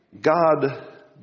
God